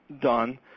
done